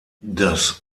das